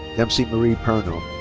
dempsey marie perno.